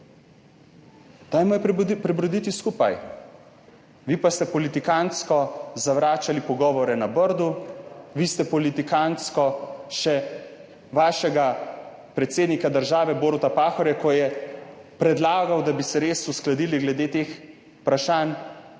dajmo jo prebroditi skupaj, vi pa ste politikantsko zavračali pogovore na Brdu, vi ste politikantsko še svojega predsednika države Boruta Pahorja, ko je predlagal, da bi se res uskladili glede teh vprašanj,